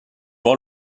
voir